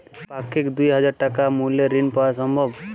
পাক্ষিক দুই হাজার টাকা মূল্যের ঋণ পাওয়া সম্ভব?